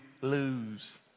lose